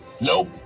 Nope